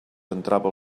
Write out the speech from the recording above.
entrava